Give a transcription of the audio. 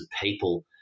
people